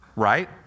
right